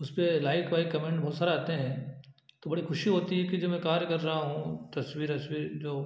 उस पर लाइक वाइक कमेंट बहुत सारा आते हैं तो बड़ी खुशी होती है कि जो मैं कार्य कर रहा हूँ तस्वीरें अस्वीर जो